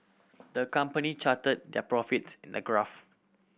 the company charted their profits in the graph